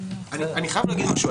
אני חייב להגיד משהו.